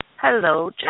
Hello